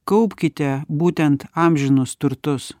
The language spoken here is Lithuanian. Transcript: kaupkite būtent amžinus turtus